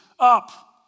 Up